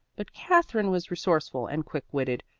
but katherine was resourceful and quick-witted.